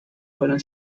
fueron